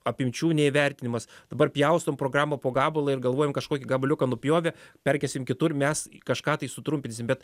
apimčių neįvertinimas dabar pjaustom programą po gabalą ir galvojam kažkokį gabaliuką nupjovę perkelsim kitur mes kažką tai sutrumpinsim bet